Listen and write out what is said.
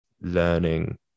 learning